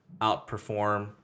outperform